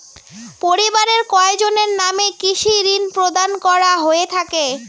পরিবারের কয়জনের নামে কৃষি ঋণ প্রদান করা হয়ে থাকে?